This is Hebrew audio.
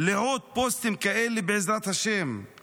"לעוד פוסטים כאלה, בעזרת השם";